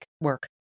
work